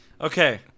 Okay